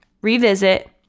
revisit